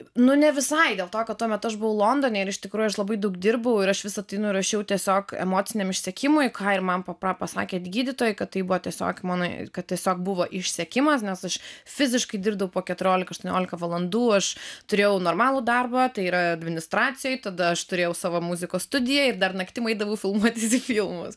nu ne visai dėl to kad tuomet aš buvau londone ir iš tikrųjų labai daug dirbau ir aš visa tai nurašiau tiesiog emociniam išsekimui ką ir man papa pasakė gydytojai kad tai buvo tiesiog mano kad tiesiog buvo išsekimas nes aš fiziškai dirbdavau po keturiolika aštuoniolika valandų aš turėjau normalų darbą tai yra administracijoj tada aš turėjau savo muzikos studiją ir dar naktim eidavau filmuotis į filmus